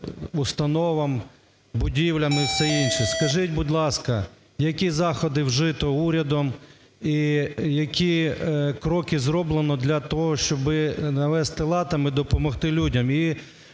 установам, будівлям і все інше. Скажіть, будь ласка, які заходи вжито урядом і які кроки зроблено для того, щоб навести лад там і допомогти людям?